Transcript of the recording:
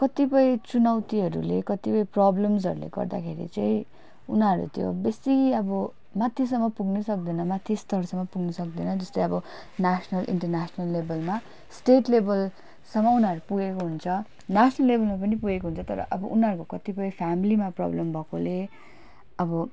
कतिपय चुनौतिहरूले कति प्रब्लम्सहरूले गर्दाखेरि चाहिँ उनीहरू त्यो बेसी अब माथिसम्म पुग्नु सक्दैन माथि स्तरसम्म पुग्नु सक्दैन जस्तै अब नेसनल इन्टरनेसनल लेभलमा स्टेट लेभलसम्म उनीहरू पुगेको हुन्छ नेसनल लेभलमा पनि पुगेको हुन्छ तर अब उनीहरूको कतिपय फेमिलिमा प्रब्लम भएकोले अब